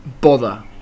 Bother